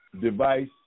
device